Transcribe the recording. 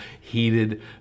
heated